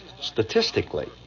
statistically